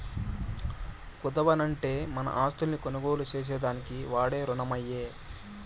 కుదవంటేనే మన ఆస్తుల్ని కొనుగోలు చేసేదానికి వాడే రునమమ్మో